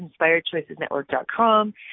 inspiredchoicesnetwork.com